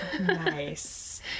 Nice